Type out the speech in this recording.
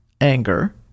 anger